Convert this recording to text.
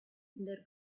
hinder